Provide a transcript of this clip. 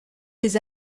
des